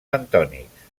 bentònics